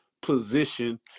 position